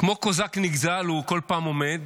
כמו קוזק נגזל הוא כל פעם עומד